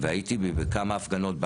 והייתי בכמה הפגנות,